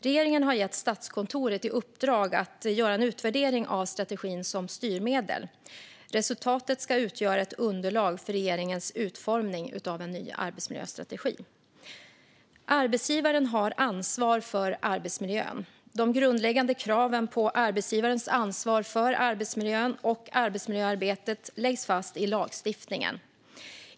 Regeringen har gett Statskontoret i uppdrag att göra en utvärdering av strategin som styrmedel. Resultatet ska utgöra ett underlag för regeringens utformning av en ny arbetsmiljöstrategi. Arbetsgivaren har ansvar för arbetsmiljön. De grundläggande kraven på arbetsgivarens ansvar för arbetsmiljön och arbetsmiljöarbetet läggs fast i lagstiftningen.